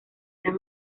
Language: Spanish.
eran